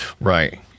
right